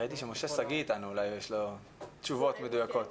ראיתי שמשה שגיא אתנו, אולי יש לו תשובות מדויקות.